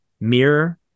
mirror